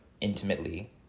intimately